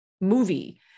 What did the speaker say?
movie